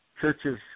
churches